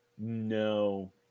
No